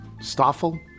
Stoffel